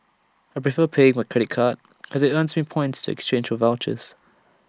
I prefer paying by credit card as IT earns me points to exchange for vouchers